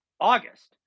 August